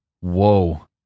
Whoa